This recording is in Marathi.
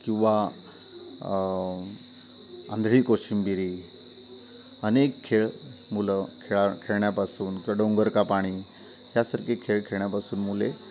किंवा आंधळी कोशिंबिरी अनेक खेळ मुलं खेळा खेळण्यापासून किंवा डोंगर का पाणी यासारखे खेळ खेळण्यापासून मुले